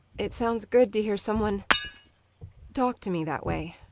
it sounds good to hear someone talk to me that way.